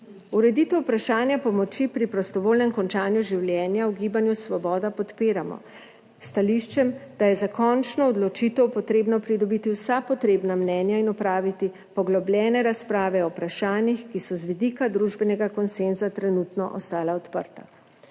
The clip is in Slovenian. Ureditev vprašanja pomoči pri prostovoljnem končanju življenja v Gibanju Svoboda podpiramo, s stališčem, da je za končno odločitev treba pridobiti vsa potrebna mnenja in opraviti poglobljene razprave o vprašanjih, ki so z vidika družbenega konsenza trenutno ostala odprta.